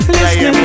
Listen